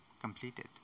completed